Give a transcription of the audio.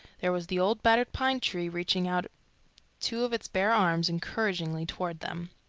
there was the old battered pine tree, reaching out two of its bare arms encouragingly toward them.